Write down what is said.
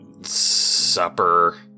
supper